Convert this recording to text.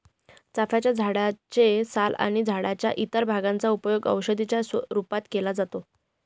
चाफ्याच्या झाडे चे साल आणि झाडाच्या इतर भागांचा उपयोग औषधी च्या रूपात केला जातो